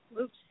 oops